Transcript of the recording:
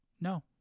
No